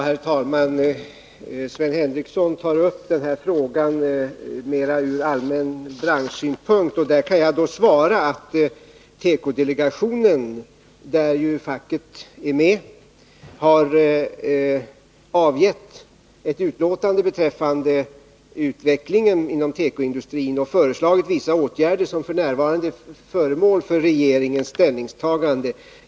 Herr talman! Sven Henricsson tar upp den här frågan mera ur allmän branschsynpunkt, och jag kan då svara att tekodelegationen, där ju facket är representerat, har avgett ett utlåtande beträffande utvecklingen inom tekoindustrin och föreslagit vissa åtgärder, som f.n. är föremål för regeringens ställningstagande.